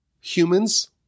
humans